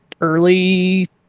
early